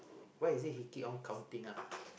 why is it he keep on counting ah